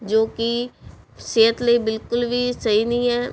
ਜੋ ਕਿ ਸਿਹਤ ਲਈ ਬਿਲਕੁਲ ਵੀ ਸਹੀ ਨਹੀਂ ਹੈ